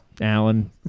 alan